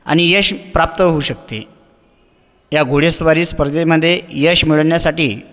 आणि यश प्राप्त होऊ शकते या घोडेस्वारी स्पर्धेमध्ये यश मिळवण्यासाठी